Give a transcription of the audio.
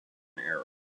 era